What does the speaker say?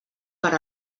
per